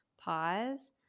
pause